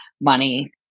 money